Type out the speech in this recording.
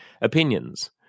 opinions